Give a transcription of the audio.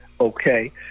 Okay